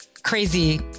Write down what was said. crazy